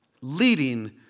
leading